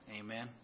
Amen